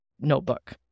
notebook